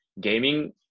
gaming